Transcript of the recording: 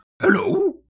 hello